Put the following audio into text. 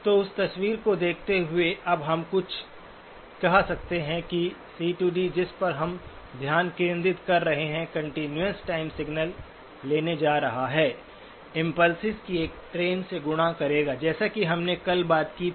तो उस तस्वीर को देखते हुए अब हम कह सकते हैं कि सी डी CD जिस पर हम ध्यान केंद्रित कर रहे हैं कंटीन्यूअस टाइम सिग्नल लेने जा रहा है इम्पुल्सिस की एक ट्रेन से गुणा करेगा जैसा कि हमने कल बात की थी